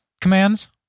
commands